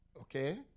Okay